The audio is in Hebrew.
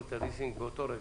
חברות הליסינג באותו רגע,